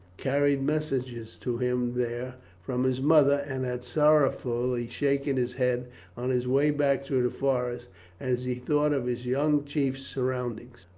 carried messages to him there from his mother, and had sorrowfully shaken his head on his way back through the forest as he thought of his young chief's surroundings.